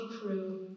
crew